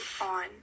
on